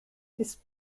ist